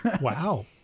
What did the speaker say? Wow